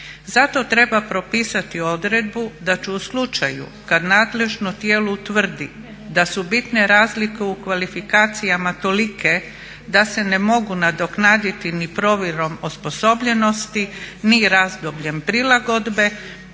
Zato treba propisati odredbu da će u slučaju kad nadležno tijelo utvrdi da su bitne razlike u kvalifikacijama tolike da se ne mogu nadoknaditi ni provjerom osposobljenosti ni razdobljem prilagodbe